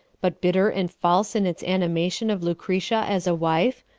but bitter and false in its animation of lucretia as a wife,